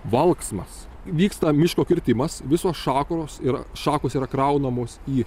valksmas vyksta miško kirtimas visos šakuros ir šakos yra kraunamos į